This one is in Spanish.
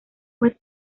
juez